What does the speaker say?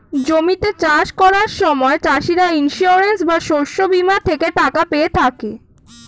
জমিতে চাষ করার সময় চাষিরা ইন্সিওরেন্স বা শস্য বীমা থেকে টাকা পেয়ে থাকে